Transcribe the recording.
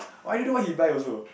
I don't know what he buy also